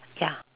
ya